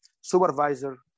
supervisor